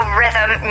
rhythm